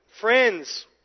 Friends